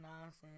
nonsense